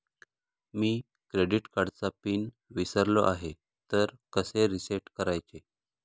मी credit कार्डचा pin विसरलो आहे तर कसे रीसेट करायचे?